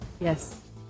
Yes